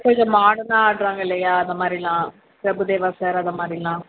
இப்போ இது மாடர்னாக ஆடுறாங்க இல்லையா அது மாதிரிலாம் பிரபுதேவா சார் அது மாதிரிலாம்